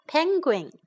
Penguin